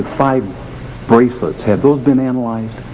five bracelets have those been and like